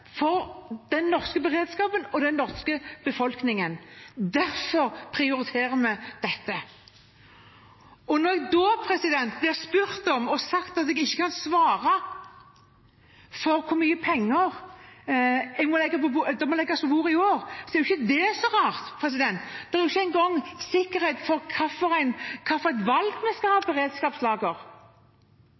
for det standpunktet vi har tatt. Vi tror det er bedre for den norske beredskapen og den norske befolkningen. Derfor prioriterer vi dette. Når jeg da blir spurt om hvor mye penger det må legges på bordet i år, og det blir sagt at jeg ikke kan svare, er ikke det så rart, det er ikke engang sikkert at vi skal ha beredskapslager.